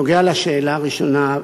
בנוגע לשאלה הראשונה,